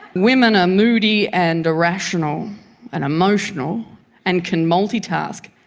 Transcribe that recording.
women are moody and irrational and emotional and can multitask.